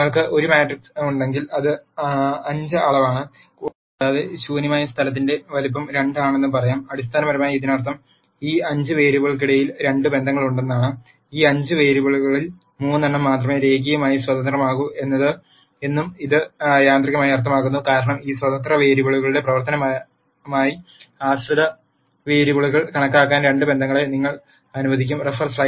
നിങ്ങൾക്ക് ഒരു മാട്രിക്സ് ഉണ്ടെങ്കിൽ അത് 5 അളവാണ് കൂടാതെ ശൂന്യമായ സ്ഥലത്തിന്റെ വലുപ്പം 2 ആണെന്ന് പറയാം അടിസ്ഥാനപരമായി ഇതിനർത്ഥം ഈ 5 വേരിയബിളുകൾക്കിടയിൽ 2 ബന്ധങ്ങളുണ്ടെന്നാണ് ഈ 5 വേരിയബിളുകളിൽ 3 എണ്ണം മാത്രമേ രേഖീയമായി സ്വതന്ത്രമാകൂ എന്നും ഇത് യാന്ത്രികമായി അർത്ഥമാക്കുന്നു കാരണം ഈ സ്വതന്ത്ര വേരിയബിളുകളുടെ പ്രവർത്തനമായി ആശ്രിത വേരിയബിളുകൾ കണക്കാക്കാൻ 2 ബന്ധങ്ങൾ നിങ്ങളെ അനുവദിക്കും